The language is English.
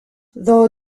though